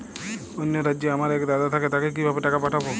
অন্য রাজ্যে আমার এক দাদা থাকে তাকে কিভাবে টাকা পাঠাবো?